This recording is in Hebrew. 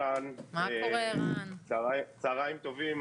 צהריים טובים.